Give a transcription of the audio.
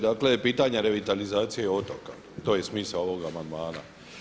Dakle pitanje revitalizacije otoka, to je i smisao ovog amandmana.